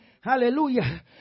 Hallelujah